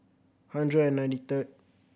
hundred and ninety third